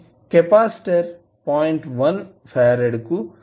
1 farad కు సమాంతరంగా కలపబడి వుంది